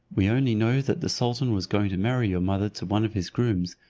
we only know that the sultan was going to marry your mother to one of his grooms,